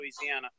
Louisiana